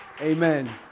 Amen